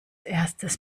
erstes